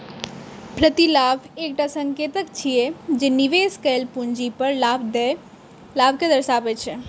प्रतिलाभ एकटा संकेतक छियै, जे निवेश कैल पूंजी पर लाभ कें दर्शाबै छै